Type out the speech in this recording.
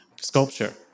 sculpture